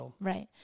Right